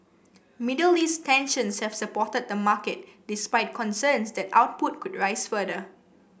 Middle East tensions have supported the market despite concerns that output could rise further